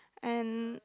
and